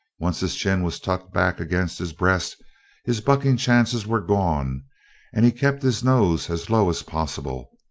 once his chin was tucked back against his breast his bucking chances were gone and he kept his nose as low as possible,